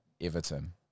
Everton